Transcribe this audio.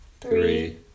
three